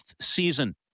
season